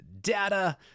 data